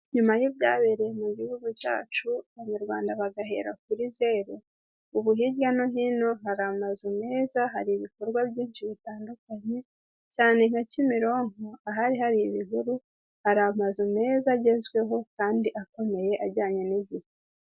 Nyuma y'ibyabereye mu gihugu cyacu abanyarwanda bagahera kuri zeru, ubu hirya no hino hari amazu meza, hari ibikorwa byinshi bitandukanye cyane nka Kimironko, ahari hari ibihuru hari amazu meza agezweho kandi akomeye ajyanye n'igihe.